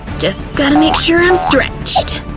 just gotta make sure i'm stretched.